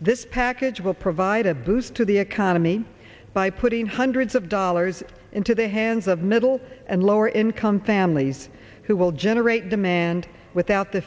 this package will provide a boost to the economy by putting hundreds of dollars into the hands of middle and lower income families who will generate demand without the